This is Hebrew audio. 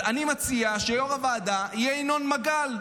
אני מציע שיו"ר הוועדה יהיה ינון מגל,